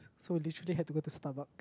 so literally had to go to Starbucks